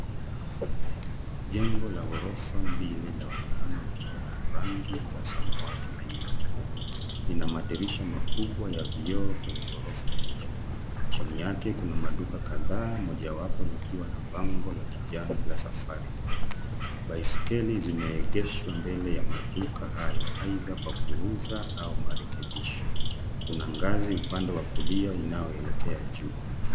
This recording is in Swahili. Jengo la ghorofa mbili linaonekana likiwa na rangi za samawati na nyeupe, ina madirisha makubwa ya vioo kwenye ghorofa ya juu chini yake kuna maduka kadhaa mojawapo likiwa na bango la kijani la Safaricom, baiskeli zimeegeshwa mbele ya maduka hayo aidha kwa kuuza au marekebisho kuna ngazi upande wa kulia inayoelekea